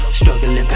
struggling